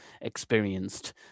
experienced